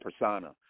persona